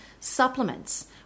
supplements